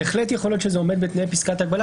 בהחלט יכול להיות שזה עומד בתנאי פסקת ההגבלה